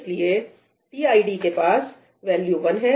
इसलिए tid के पास वैल्यू 1 है